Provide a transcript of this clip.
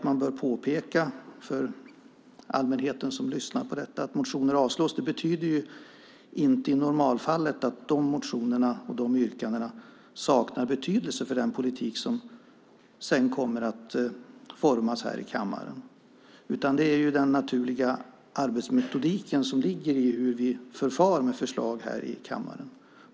Man bör påpeka för allmänheten som lyssnar på detta att det faktum att motioner avslås i normalfallet inte betyder att de motionerna och de yrkandena saknar betydelse för den politik som sedan kommer att formas här i kammaren. Det är den naturliga arbetsmetodik som gäller för hur vi förfar med förslag här i kammaren.